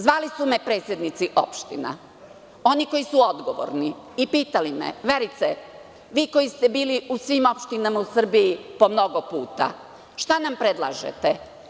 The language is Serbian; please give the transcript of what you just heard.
Zvali su me predsednici opština, oni koji su odgovorni i pitali me: „Verice, vi koji ste bili u svim opštinama u Srbiji po mnogo puta, šta nam predlažete?